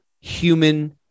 human